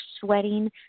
sweating